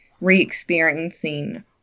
re-experiencing